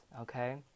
okay